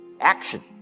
Action